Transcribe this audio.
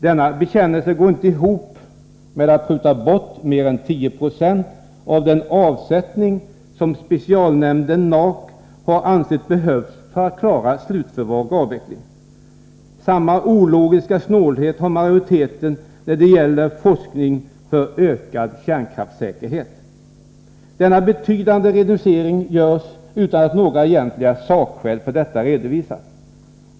Denna bekännelse går inte ihop med att pruta bort mer än 1096 av den avsättning som specialnämnden NAK har ansett behövs för att klara slutförvaring och avveckling. Samma ologiska snålhet har majoriteten när det gäller forskning för ökad kärnkraftssäkerhet. Denna betydande reducering görs utan att några egentliga sakskäl för detta redovisas.